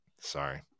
sorry